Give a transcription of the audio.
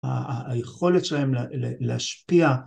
היכולת שלהם להשפיע